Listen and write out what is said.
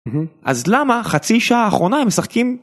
אז למה חצי שעה האחרונה הם משחקים..